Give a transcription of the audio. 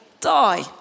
die